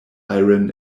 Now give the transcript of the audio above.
iron